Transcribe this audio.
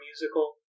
musical